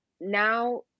now